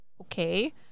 Okay